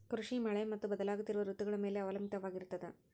ಕೃಷಿ ಮಳೆ ಮತ್ತು ಬದಲಾಗುತ್ತಿರುವ ಋತುಗಳ ಮೇಲೆ ಅವಲಂಬಿತವಾಗಿರತದ